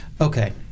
Okay